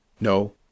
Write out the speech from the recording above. No